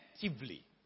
effectively